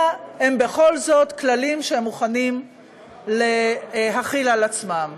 הם בכל זאת כללים שהם מוכנים להחיל על עצמם.